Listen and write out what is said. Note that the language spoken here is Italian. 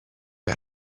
che